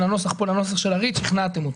הנוסח כאן לנוסח של ה-ריט ושכנעתם אותי.